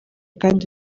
kandi